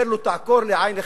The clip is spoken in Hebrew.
אומר לו: תעקור לי עין אחת,